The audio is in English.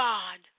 God